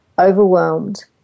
Overwhelmed